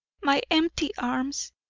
my empty arms!